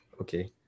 Okay